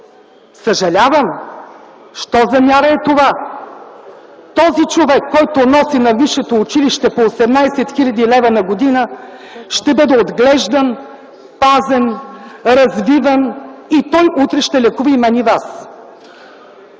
Съжалявам, що за мяра е това? Този човек, който носи на висшето училище по 18 хил. лв. на година, ще бъде отглеждан, пазен, развиван и той утре ще лекува и мен, и вас.